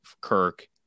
Kirk